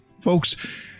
Folks